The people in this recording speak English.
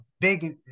big